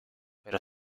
pero